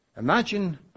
imagine